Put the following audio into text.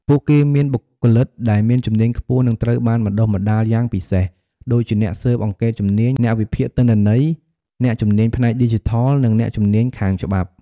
ពួកគេមានបុគ្គលិកដែលមានជំនាញខ្ពស់ និងត្រូវបានបណ្តុះបណ្តាលយ៉ាងពិសេស ដូចជាអ្នកស៊ើបអង្កេតជំនាញ អ្នកវិភាគទិន្នន័យ អ្នកជំនាញផ្នែកឌីជីថល និងអ្នកជំនាញខាងច្បាប់។